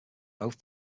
both